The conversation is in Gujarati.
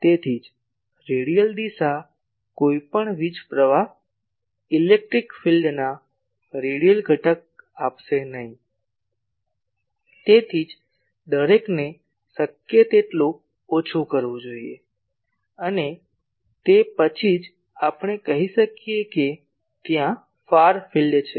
તેથી જ રેડિયલ દિશા કોઈપણ વીજ પ્રવાહ ઇલેક્ટ્રિક ફિલ્ડના રેડિયલ ઘટક આપશે નહીં તેથી જ દરેકને શક્ય તેટલું ઓછું કરવું જોઈએ અને તે પછી જ આપણે કહી શકીએ કે ત્યાં ફાર ફિલ્ડ છે